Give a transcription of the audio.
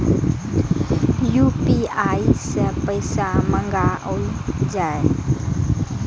UPI सै पैसा मंगाउल जाय?